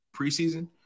preseason